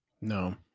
No